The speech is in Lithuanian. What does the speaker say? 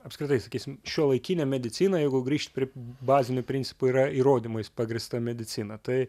apskritai sakysim šiuolaikinė medicina jeigu grįžt prie bazinių principų yra įrodymais pagrįsta medicina tai